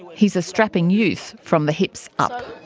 he is a strapping youth, from the hips up.